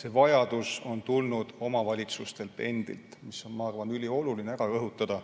See vajadus on tulnud omavalitsustelt endilt – seda on, ma arvan, ülioluline rõhutada.